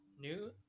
new